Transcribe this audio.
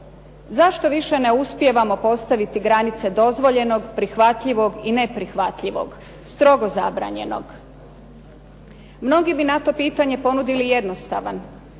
Zašto više ne uspijevamo postaviti granice dozvoljenog, prihvatljivog i neprihvatljivog, strogo zabranjenog? Mnogi bi na to pitanje ponudili jednostavan